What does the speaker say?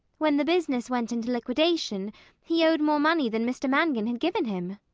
when the business went into liquidation he owed more money than mr mangan had given him.